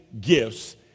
gifts